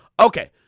okay